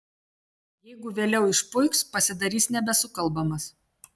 jeigu vėliau išpuiks pasidarys nebesukalbamas